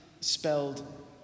spelled